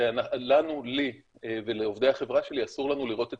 לי ולעובדי החברה שלי אסור לנו לראות את